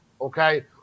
Okay